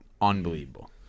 Unbelievable